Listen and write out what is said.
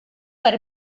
per